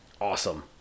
Awesome